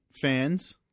fans